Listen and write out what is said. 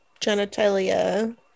genitalia